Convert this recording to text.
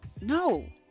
No